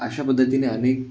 अशा पद्धतीने अनेक